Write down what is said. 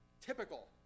typical